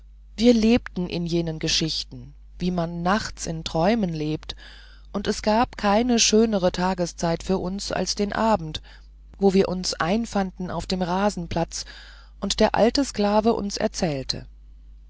wir lebten in jenen geschichten wie man nachts in träumen lebt und es gab keine schönere tageszeit für uns als den abend wo wir uns einfanden auf dem rasenplatz und der alte sklave uns erzählte